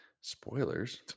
Spoilers